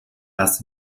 dass